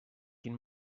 quin